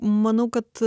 manau kad